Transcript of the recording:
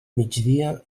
migdia